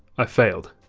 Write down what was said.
i failed.